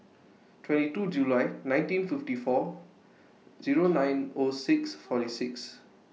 twenty two July nineteen fifty four Zero nine O six forty six